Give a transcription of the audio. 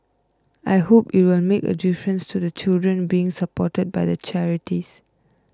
I hope it will make a difference to the children being supported by the charities